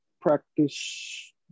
practice